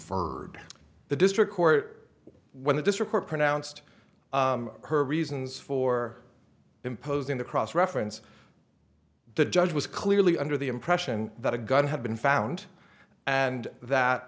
d the district court when the district court pronounced her reasons for imposing the cross reference the judge was clearly under the impression that a gun had been found and that